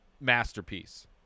masterpiece